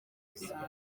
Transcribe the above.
rusange